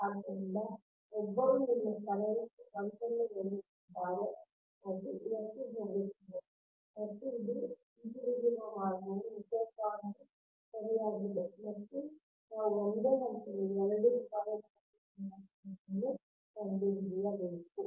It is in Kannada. ಆದ್ದರಿಂದ ಒಬ್ಬರು ನಿಮ್ಮ ಕರೆಂಟ್ I 1 ಅನ್ನು ಒಯ್ಯುತ್ತಿದ್ದಾರೆ ಅದು ಇದಕ್ಕೆ ಹೋಗುತ್ತಿದೆ ಸಮಯವನ್ನು ನೋಡಿ 3007 ಮತ್ತು ಇದು ಹಿಂತಿರುಗುವ ಮಾರ್ಗವು ನಿಜವಾಗಿ ಸರಿಯಾಗಿದೆ ಮತ್ತು ನಾವು ಒಂದೇ ಹಂತದ 2 ವೈರ್ ಲೈನ್ ನ ಇಂಡಕ್ಟನ್ಸ್ ಅನ್ನು ಕಂಡುಹಿಡಿಯಬೇಕು